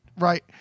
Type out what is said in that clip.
Right